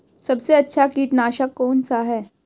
सबसे अच्छा कीटनाशक कौन सा है?